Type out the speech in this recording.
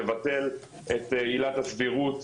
לבטל את עילת הסבירות,